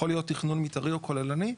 יכול להיות תכנון מתארי או כוללני.